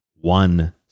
one